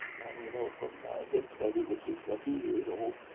and we know from this study, which is a few years old,